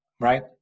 right